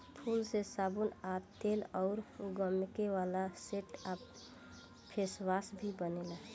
फूल से साबुन आ तेल अउर गमके वाला सेंट आ फेसवाश भी बनेला